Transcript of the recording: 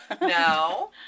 No